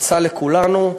עצה לכולנו: